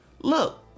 Look